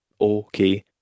Okay